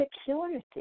security